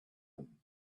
him